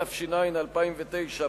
התש"ע 2009,